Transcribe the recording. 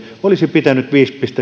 olisi pitänyt